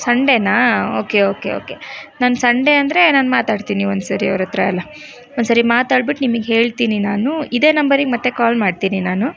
ಸಂಡೇನಾ okay okay okay ನಾನು Sunday ಅಂದ್ರೆ ನಾನು ಮಾತಾಡ್ತೀನಿ ಒಂದು ಸರಿ ಅವರತ್ರ ಎಲ್ಲ ಒಂದು ಸರಿ ಮಾತಾಡ್ಬಿಟ್ಟು ನಿಮಗ್ ಹೇಳ್ತೀನಿ ನಾನು ಇದೇ ನಂಬರಿಗೆ ಮತ್ತೆ ಕಾಲ್ ಮಾಡ್ತೀನಿ ನಾನು